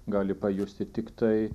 gali pajusti tiktai